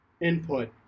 input